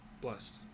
blessed